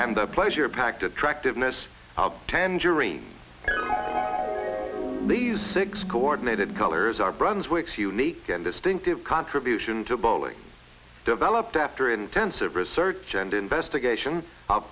and the pleasure packed attractiveness tangerine these six coordinated colors are brunswick's unique and distinctive contribution to bowling developed after intensive research and investigation